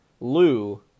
lou